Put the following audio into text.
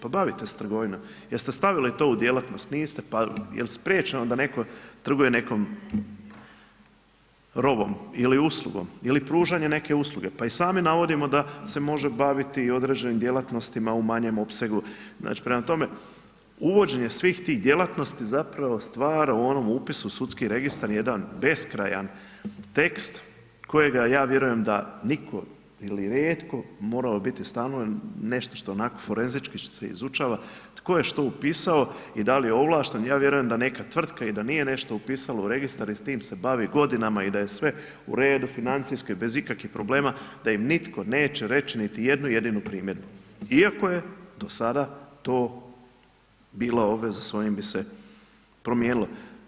Pa bavite se trgovinom jer ste stavili to u djelatnost, niste, pa jel' spriječeno da netko trguje nekom robom ili uslugom ili pružanje neke usluge, pa i sami navodimo da se može baviti i određenim djelatnostima u manjem opsegu, znači prema tome, uvođenje svih tih djelatnosti zapravo stvara u onom upisu sudski registar jedan beskrajan tekst kojega ja vjerujem da nitko ili rijetko bi moralo biti stalno nešto što onako forenzički se izučava tko je što upisao i da li je ovlašten, ja vjerujem da neka tvrtka i da nije nešto upisala u registar i s tim se bavi godinama i da je sve u redu financijski i bez ikakvih problema, da im nitko neće reć niti jednu jedinu primjedbu iako je do sada to bila obveza, s ovim bi se promijenilo.